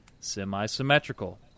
Semi-symmetrical